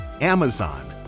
Amazon